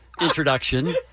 Introduction